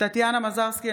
טטיאנה מזרסקי,